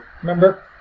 Remember